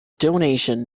donation